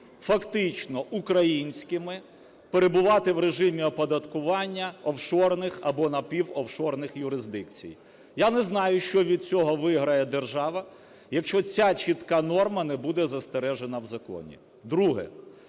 фактично українськими, перебувати в режимі оподаткування офшорних або напівофшорних юрисдикцій. Я не знаю, що від цього виграє держава, якщо ця чітка норма не буде застережена в законі. Друге.